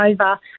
over